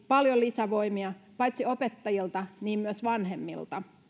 paljon lisävoimia paitsi opettajilta myös vanhemmilta